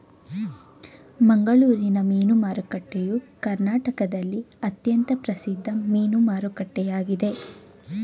ಮಂಗಳೂರಿನ ಮೀನು ಮಾರುಕಟ್ಟೆಯು ಕರ್ನಾಟಕದಲ್ಲಿ ಅತ್ಯಂತ ಪ್ರಸಿದ್ಧ ಮೀನು ಮಾರುಕಟ್ಟೆಯಾಗಿದೆ